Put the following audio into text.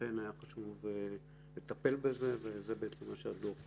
לכן היה חשוב לטפל בזה ועל כך הדוח מדבר.